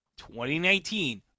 2019